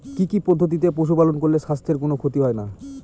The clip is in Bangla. কি কি পদ্ধতিতে পশু পালন করলে স্বাস্থ্যের কোন ক্ষতি হয় না?